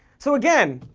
so again,